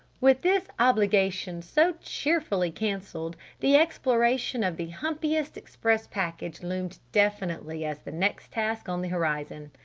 with this obligation so cheerfully canceled, the exploration of the humpiest express package loomed definitely as the next task on the horizon.